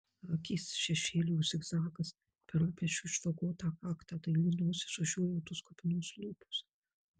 akys šešėlių zigzagas per rūpesčių išvagotą kaktą daili nosis užuojautos kupinos lūpos